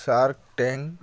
shark tank